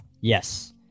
yes